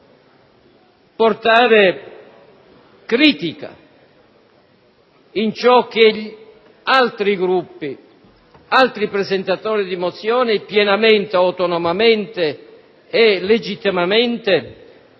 portare critica a ciò che altri Gruppi, altri presentatori di mozioni, pienamente, autonomamente e legittimamente